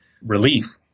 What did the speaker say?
relief